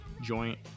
joint